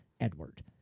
Edward